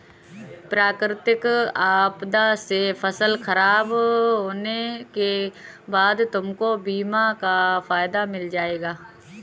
प्राकृतिक आपदा से फसल खराब होने के बाद तुमको बीमा का फायदा मिल जाएगा